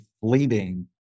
fleeting